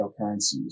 cryptocurrencies